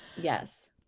Yes